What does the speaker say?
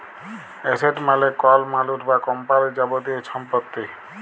asset মালে কল মালুস বা কম্পালির যাবতীয় ছম্পত্তি